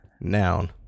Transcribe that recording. Noun